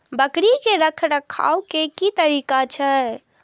बकरी के रखरखाव के कि तरीका छै?